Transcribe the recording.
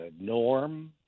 Norm